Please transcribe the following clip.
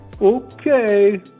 Okay